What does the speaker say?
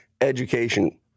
education